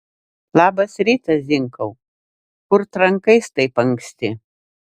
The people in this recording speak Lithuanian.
labas rytas zinkau kur trankais taip anksti